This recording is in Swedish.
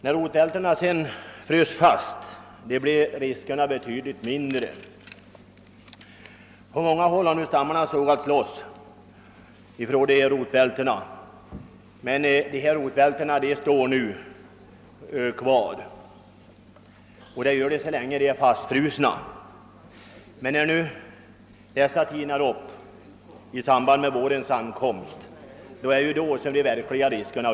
När rotvältorna sedan frös fast blev riskerna betydligt mindre. På många håll har stammarna nu sågats loss från rotvältorna, men dessa står kvar så länge de är fastfrusna. När våren kommer och marken tinar upp uppstår de verkliga farorna.